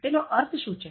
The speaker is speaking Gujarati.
તેનો અર્થ શું છે